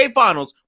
finals